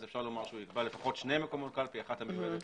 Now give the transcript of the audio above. אז אפשר לומר שהוא יקבע לפחות שני מקומות קלפי: אחת המיועדת